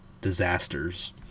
disasters